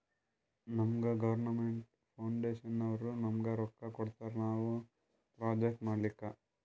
ನಮುಗಾ ಗೌರ್ಮೇಂಟ್ ಫೌಂಡೇಶನ್ನವ್ರು ನಮ್ಗ್ ರೊಕ್ಕಾ ಕೊಡ್ತಾರ ನಾವ್ ಪ್ರೊಜೆಕ್ಟ್ ಮಾಡ್ಲಕ್